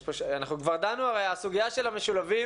הסוגיה של המשולבים